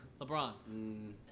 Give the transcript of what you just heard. LeBron